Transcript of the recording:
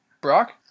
Brock